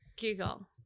google